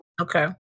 okay